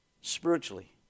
spiritually